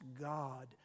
God